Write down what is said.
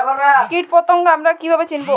কীটপতঙ্গ আমরা কীভাবে চিনব?